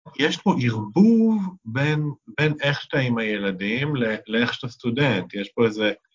יש פה ערבוב בין בין איך שאתה עם הילדים לאיך שאתה סטודנט, יש פה איזה...